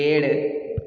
पेड़